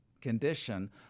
condition